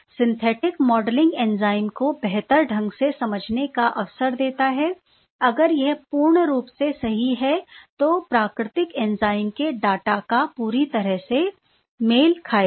synthetic modelling enzyme को बेहतर ढंग से समझने का अवसर देता है अगर यह पूर्ण रूप से सही है तो यह प्राकृतिक एंजाइम के डाटा से पूरी तरह से मेल खाएगा